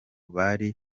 bari